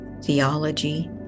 theology